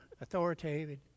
authoritative